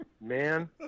man